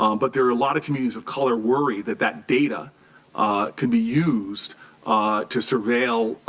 um but there are lot of communities of color worried that that data can be used to survey ah